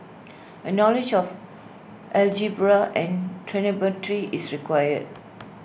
A knowledge of algebra and trigonometry is required